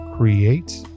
Create